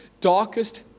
darkest